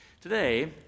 Today